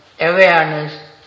awareness